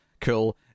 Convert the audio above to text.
cool